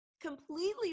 completely